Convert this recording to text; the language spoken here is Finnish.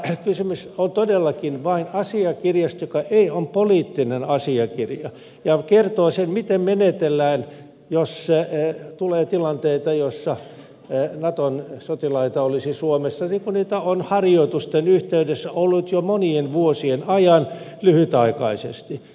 kysymys on todellakin vain asiakirjasta joka on poliittinen asiakirja ja kertoo sen miten menetellään jos tulee tilanteita joissa naton sotilaita olisi suomessa niin kuin niitä on harjoitusten yhteydessä ollut jo monien vuosien ajan lyhytaikaisesti